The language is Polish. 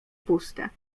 puste